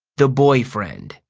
the boyfriend